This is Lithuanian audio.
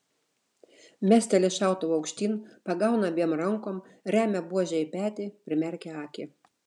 mesteli šautuvą aukštyn pagauna abiem rankom remia buožę į petį primerkia akį